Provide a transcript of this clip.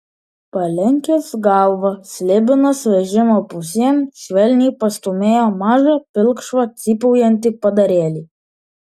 palenkęs galvą slibinas vežimo pusėn švelniai pastūmėjo mažą pilkšvą cypaujantį padarėlį